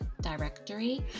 directory